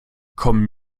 komm